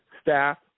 staff